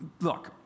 Look